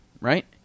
right